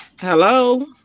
Hello